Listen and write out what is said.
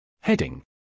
Heading